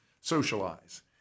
socialize